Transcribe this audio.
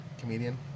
Comedian